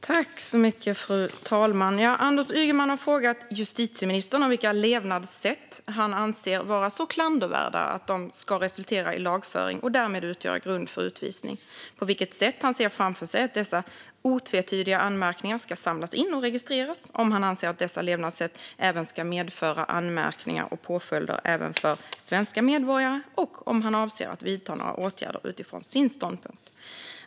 Fru talman! Anders Ygeman har frågat justitieministern vilka levnadssätt han anser vara så klandervärda att de ska resultera i lagföring och därmed utgöra grund för utvisning, på vilket sätt han ser framför sig att dessa "otvetydiga anmärkningar" ska samlas in och registreras, om han anser att dessa levnadssätt även ska medföra anmärkningar och påföljder även för svenska medborgare och om han avser att vidta några åtgärder utifrån sin ståndpunkt.